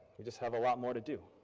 we just have a lot more to do.